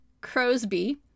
Crosby